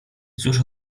cóż